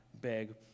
big